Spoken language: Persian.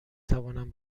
توانم